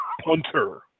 punter